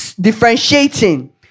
differentiating